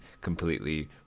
completely